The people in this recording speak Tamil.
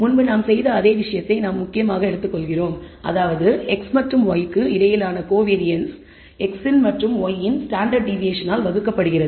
முன்பு நாம் செய்த அதே விஷயத்தை நாம் முக்கியமாக எடுத்துக்கொள்கிறோம் அதாவது x மற்றும் y க்கு இடையிலான கோவேரியன்ஸ் x இன் மற்றும் y இன் ஸ்டாண்டர்ட் டிவியேஷனால் வகுக்கப்படுகிறது